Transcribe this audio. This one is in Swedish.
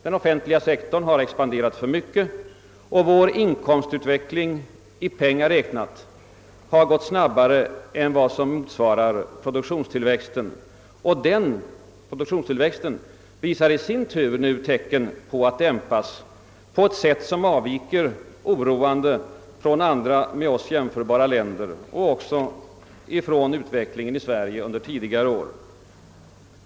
Den offentliga sektorn har expanderat för mycket och vår inkomstutveckling i pengar räknat har gått snabbare än vad som motsvarar produktionstillväxten, vilken i sin tur visar tecken på att dämpas på ett sätt som oroande avviker från utvecklingen i andra med Sverige jämförbara länder liksom också från utvecklingen här hemma under tidigare år.